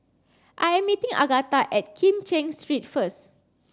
I am meeting Agatha at Kim Cheng Street first